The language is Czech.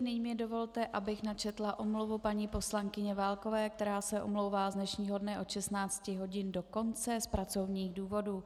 Nyní mi dovolte, abych načetla omluvu paní poslankyně Válkové, která se omlouvá z dnešního dne od 16 hodin do konce z pracovních důvodů.